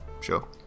Sure